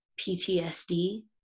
PTSD